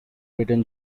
ridden